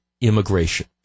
immigration